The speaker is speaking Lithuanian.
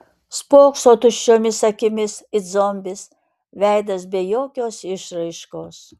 spokso tuščiomis akimis it zombis veidas be jokios išraiškos